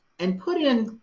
and put in,